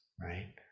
right